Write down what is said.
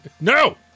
No